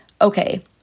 okay